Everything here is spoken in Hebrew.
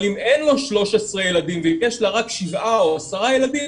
אבל אם אין לו 13 ילדים ויש לו רק שבעה או 10 ילדים,